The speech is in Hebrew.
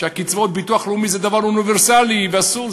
שקצבאות ביטוח לאומי זה דבר אוניברסלי ואסור.